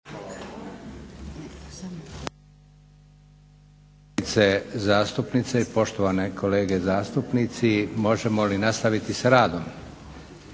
možemo li nastaviti sa radom?